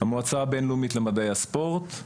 המועצה הבינלאומית למדעי הספורט,